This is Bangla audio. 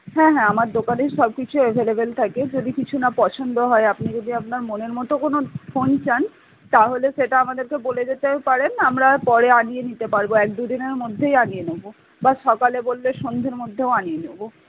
হ্যাঁ হ্যাঁ আমার দোকানেই সব কিছু অ্যাভেলেভেল থাকে যদি কিছু না পছন্দ হয় আপনি যদি আপনার মনের মতো কোনো ফোন চান তাহলে সেটা আমাদেরকে বলে যেতেও পারেন আমরা পরে আনিয়ে নিতে পারবো এক দু দিনের মধ্যেই আনিয়ে নেবো বা সকালে বললে সন্ধের মধ্যেও আনিয়ে নেবো